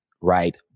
right